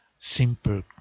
simple